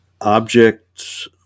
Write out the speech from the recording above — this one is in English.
objects